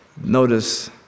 Notice